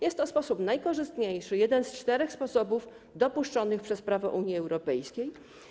Jest to sposób najkorzystniejszy, jeden z czterech sposobów dopuszczonych przez prawo Unii Europejskiej.